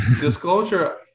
disclosure